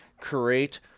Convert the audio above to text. create